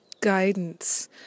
guidance